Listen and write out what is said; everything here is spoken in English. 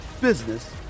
business